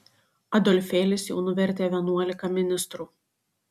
adolfėlis jau nuvertė vienuolika ministrų